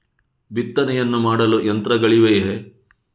ಬಿತ್ತನೆಯನ್ನು ಮಾಡಲು ಯಂತ್ರಗಳಿವೆಯೇ?